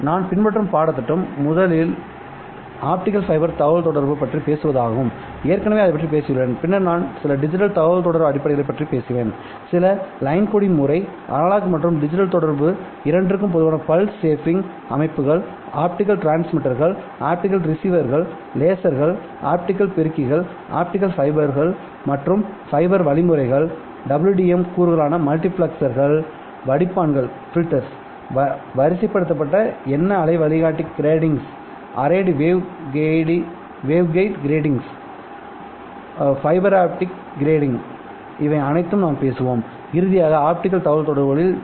நான் பின்பற்றும் பாடத் திட்டம் முதலில் ஆப்டிகல் ஃபைபர் தகவல்தொடர்பு பற்றி பேசுவதாகும் ஏற்கனவே அதைப் பற்றி பேசியுள்ளேன் பின்னர் நான் சில டிஜிட்டல் தகவல்தொடர்பு அடிப்படைகளைப் பற்றி பேசுவேன் சில லைன் கோடிங் முறை அனலாக் மற்றும் டிஜிட்டல் தொடர்பு இரண்டிற்கும் பொதுவான பல்ஸ் சேப்பிங் அமைப்புகள் ஆப்டிகல் டிரான்ஸ்மிட்டர்கள் ஆப்டிகல் ரிசீவர்கள் லேசர்கள்ஆப்டிகல் பெருக்கிகள் optical amplifiers ஆப்டிகல் ஃபைபர்கள் மற்றும் ஃபைபர் முறைகள் WDM கூறுகளானமல்டிபிளெக்சர்கள் வடிப்பான்கள் வரிசைப்படுத்தப்பட்ட என்ன அலை வழிகாட்டி கிராட்டிங்ஸ் ஃபைபர் ப்ராக் கிரேட்டிங் இவை அனைத்தும் நாம் பேசுவோம் இறுதியாக ஆப்டிகல் தகவல்தொடர்புகளில் டி